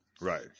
Right